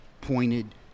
pointed